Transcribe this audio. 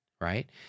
right